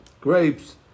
grapes